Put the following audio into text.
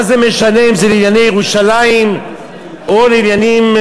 מה זה משנה אם זה לענייני ירושלים או לעניינים,